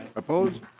opposed